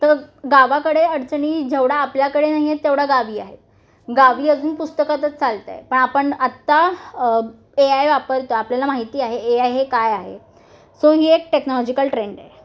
तर गावाकडे अडचणी जेवढा आपल्याकडे नाही आहेत तेवढा गावी आहे गावी अजून पुस्तकातच चालतं आहे पण आपण आत्ता ए आय वापरतो आपल्याला माहिती आहे ए आय हे काय आहे सो ही एक टेक्नॉलॉजिकल ट्रेंड आहे